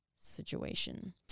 situation